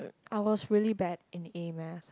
I was really bad in a math